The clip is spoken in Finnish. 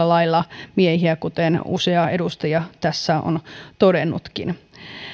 lailla miehiä kuten usea edustaja tässä on todennutkin